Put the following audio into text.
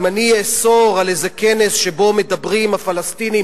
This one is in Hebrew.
אם אני אאסור על איזה כנס שבו מדברים הפלסטינים